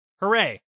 Hooray